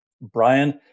Brian